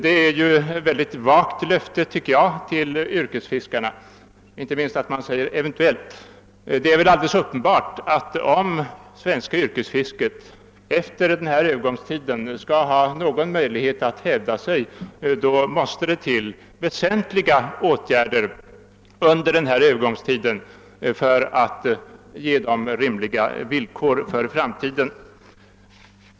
Det tycker jag är ett mycket vagt löfte till yrkesfiskarna, inte minst i anledning av ordet »eventueilt«. Det är uppenbart att om det svenska yrkesfisket efter denna Öövergångstid skall ha någon möjlighet att hävda sig, så måste det väsentliga åtgärder till under övergångstiden för att ge yrkesfiskarna rimliga villkor för framtiden.